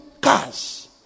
cars